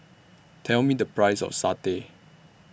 Tell Me The Price of Satay